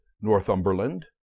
Northumberland